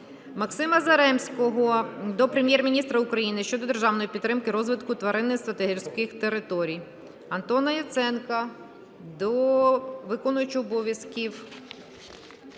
Максима Заремського до Прем'єр-міністра України щодо державної підтримки розвитку тваринництва та гірських територій. Антона Яценка до виконувача обов’язків